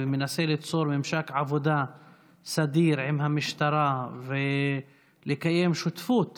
ומנסה ליצור ממשק עבודה סדיר עם המשטרה ולקיים שותפות